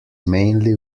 mainly